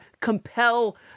compel